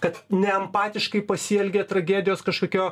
kad ne empatiškai pasielgė tragedijos kažkokio